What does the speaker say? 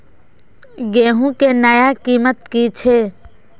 गेहूं के नया कीमत की छे?